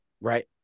Right